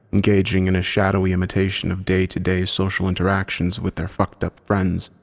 engaging in a shadowy imitation of day to day social interactions with their fucked up friends.